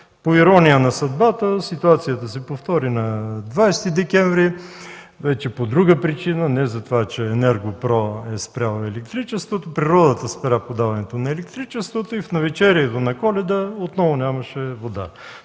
По ирония на съдбата ситуацията се повтори на 20 декември, вече по друга причина – не за това че „Енергопро” е спрял електричеството. Природата спря подаването на електричеството и в навечерието на Коледа отново нямаше вода.